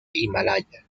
himalaya